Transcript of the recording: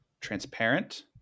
transparent